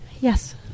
Yes